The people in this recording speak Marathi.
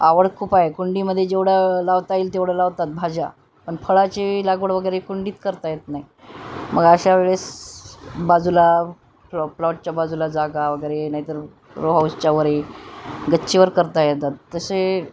आवड खूप आहे कुंडीमध्ये जेवढं लावता येईल तेवढं लावतात भाज्या पण फळाची लागवड वगैरे कुंडीत करता येत नाही मग अशावेळेस बाजूला प्लॉ प्लॉटच्या बाजूला जागा वगैरे नाहीतर रो हाऊसच्या वरी गच्चीवर करता येतात तसे